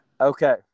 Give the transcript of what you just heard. Okay